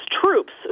troops